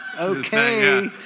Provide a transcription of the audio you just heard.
Okay